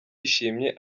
yishimye